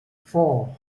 four